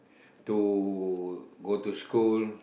to go to school